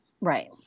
Right